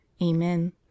Amen